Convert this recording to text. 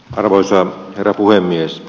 arvoisa herra puhemies